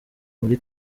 muri